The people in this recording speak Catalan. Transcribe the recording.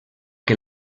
que